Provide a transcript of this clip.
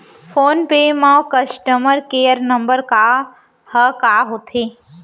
Phone पे म customer care number ह का होथे?